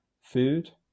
food